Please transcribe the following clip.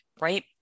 right